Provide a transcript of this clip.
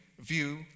view